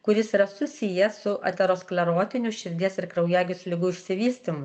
kuris yra susijęs su aterosklerotinių širdies ir kraujagyslių ligų išsivystymu